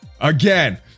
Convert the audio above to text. Again